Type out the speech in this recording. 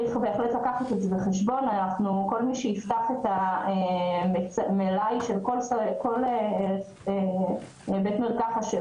כל מי שיפתח מלאי של בית מרקחת,